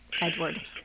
Edward